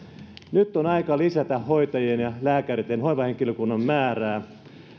nyt on aika lisätä hoitajien ja lääkäreitten hoivahenkilökunnan määrää ja